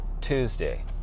Tuesday